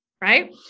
Right